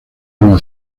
nueva